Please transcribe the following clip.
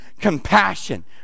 compassion